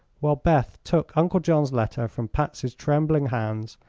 while beth took uncle john's letter from patsy's trembling hands,